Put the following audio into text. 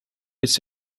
its